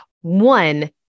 one